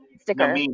sticker